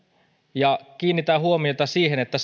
ja kiinnitän huomiota siihen että